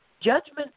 Judgment